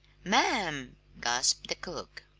ma'am! gasped the cook.